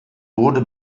wurde